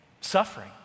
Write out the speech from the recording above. suffering